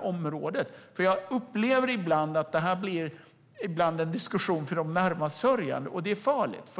område på olika sätt. Jag upplever att detta ibland blir en diskussion för de närmast sörjande, och det är farligt.